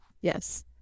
Yes